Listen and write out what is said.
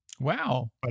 Wow